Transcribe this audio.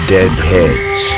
Deadheads